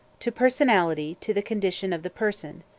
to personality to the condition of the person.